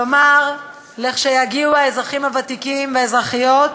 כלומר, לכשיגיעו אזרחים ותיקים, ואזרחיות,